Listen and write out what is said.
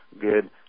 good